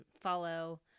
follow